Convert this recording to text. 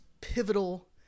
pivotal